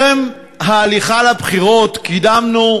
טרם ההליכה לבחירות קידמנו,